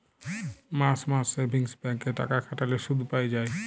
মাস মাস savings bank এ টাকা খাটাল্যে শুধ পাই যায়